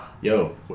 yo